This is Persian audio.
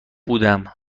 بودم